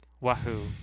Wahoo